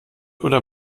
oder